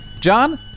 John